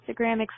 Instagram